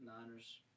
Niners